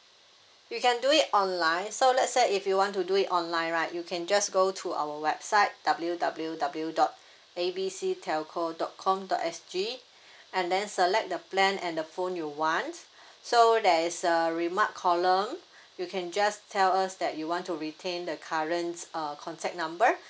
you can do it online so let's say if you want to do it online right you can just go to our website W W W dot A B C telco dot com dot S_G select the plan and the phone you wants so there is a a remark column you can just tell us that you want to retain the currents uh contact number